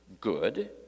good